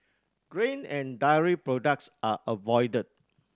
grain and dairy products are avoided